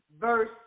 verse